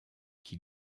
qui